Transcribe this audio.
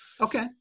Okay